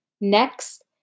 Next